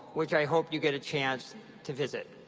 which i hope you get a chance to visit.